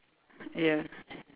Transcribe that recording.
ya